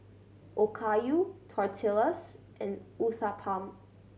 Okayu Tortillas and Uthapam